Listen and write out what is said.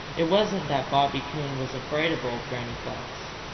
it wasn't that bobby coon was afraid of old granny fox.